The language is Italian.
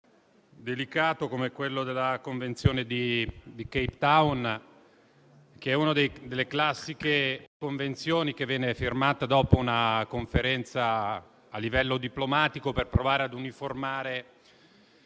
delicato come quello della convenzione di Cape Town, una delle classiche convenzioni firmata dopo una conferenza a livello diplomatico per provare a uniformare